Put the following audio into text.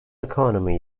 economy